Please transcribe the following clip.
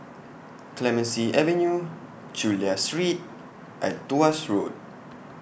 Clemenceau Avenue Chulia Street and Tuas Road